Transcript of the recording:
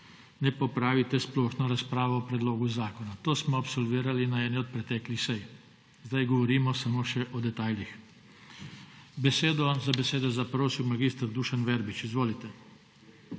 ne pa opravite splošno razpravo o predlogu zakona. To smo absolvirali na eni od preteklih sej, zdaj govorimo samo še o detajlih. Za besedo je zaprosil mag. Dušan Verbič. Izvolite.